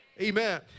Amen